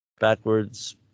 backwards